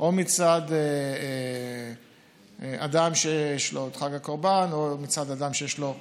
או מצד אדם שיש לו את חג הקורבן או מצד אדם שיש לו ט'